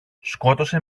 σκότωσε